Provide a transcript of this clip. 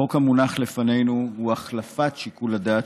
החוק המונח לפנינו הוא החלפת שיקול הדעת